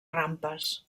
rampes